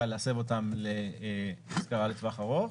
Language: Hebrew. לשטחים המיועדים להשכרה לטווח ארוך